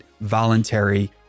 voluntary